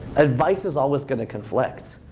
advice is always going to conflict.